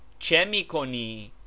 chemikoni